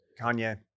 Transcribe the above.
kanye